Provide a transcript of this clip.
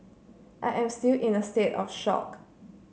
I am still in a state of shock